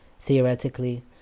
Theoretically